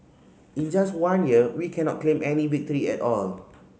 in just one year we cannot claim any victory at all